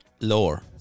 Lower